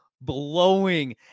blowing